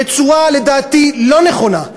בצורה לדעתי לא נכונה,